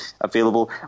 available